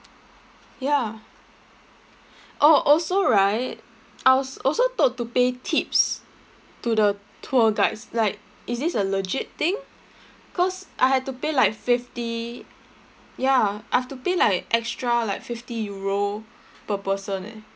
ya oh also right I was also told to pay tips to the tour guides like is this a legit thing cause I have to pay like fifty ya I have to pay like extra like fifty euro per person eh